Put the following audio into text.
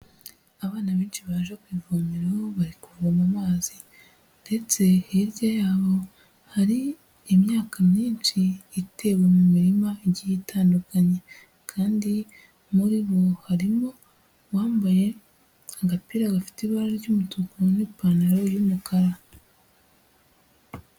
Abana benshi baje kw'ivomero, bari kuvoma mazi ndetse hirya yabo hari imyaka myinshi itewe mu muririma igiye itandukanye kandi muri bo harimo uwambaye agapira ga bafite ibara ry'umutuku n'ipantaro y'umukara.